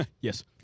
Yes